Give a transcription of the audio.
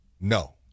no